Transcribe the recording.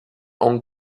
hong